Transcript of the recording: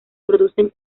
producen